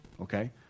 Okay